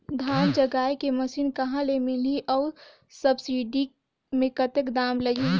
धान जगाय के मशीन कहा ले मिलही अउ सब्सिडी मे कतेक दाम लगही?